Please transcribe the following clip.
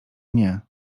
nie